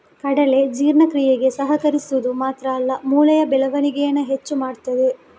ಕಡಲೆ ಜೀರ್ಣಕ್ರಿಯೆಗೆ ಸಹಕರಿಸುದು ಮಾತ್ರ ಅಲ್ಲ ಮೂಳೆಯ ಬೆಳವಣಿಗೇನ ಹೆಚ್ಚು ಮಾಡ್ತದೆ